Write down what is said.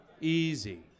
Easy